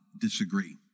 disagree